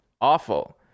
awful